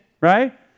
right